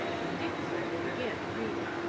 when dick came they began to read it.